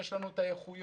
יש לנו את האיכויות,